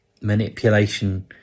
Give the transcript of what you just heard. manipulation